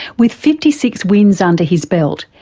with fifty six wins under his belt,